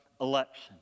election